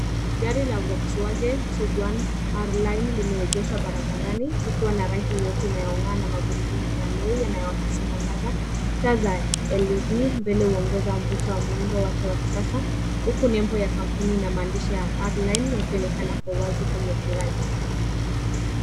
Gari la Volkswagen Tiguan R line limeegeshwa barabarani likiwa na rangi nyeupe inayongaa na Magurudumu yanayonakisi mwangaza . Taa za led mbele unaongeza mvuto WA muundo wake wa kisasa huku nembo ya kambuni na maandishi r line yakionekana kwa wash kwenye grill .